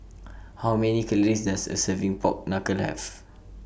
How Many Calories Does A Serving Pork Knuckle Have